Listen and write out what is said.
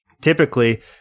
typically